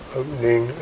opening